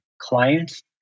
clients